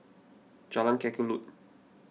Jalan Kelulut